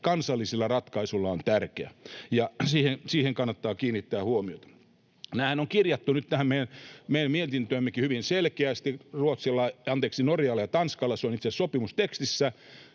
kansallisilla ratkaisuilla on tärkeä, ja siihen kannattaa kiinnittää huomiota. Nämähän on kirjattu nyt tähän meidän mietintöömmekin hyvin selkeästi. Norjalla ja Tanskalla se on itse asiassa sopimustekstissä,